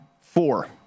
four